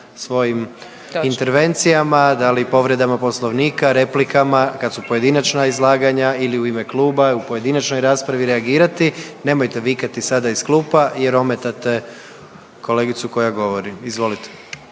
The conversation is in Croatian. … intervencijama, da li povredama Poslovnika, replikama kad su pojedinačna izlaganja ili u ime kluba u pojedinačnoj raspravi reagirati. Nemojte vikati sada iz klupa jer ometate kolegicu koja govori. Izvolite.